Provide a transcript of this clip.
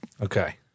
Okay